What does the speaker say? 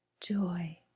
joy